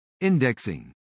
indexing